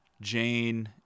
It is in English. Jane